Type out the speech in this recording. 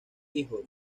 hijos